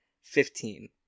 Fifteen